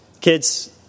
Kids